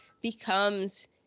becomes